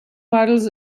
waddles